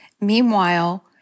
Meanwhile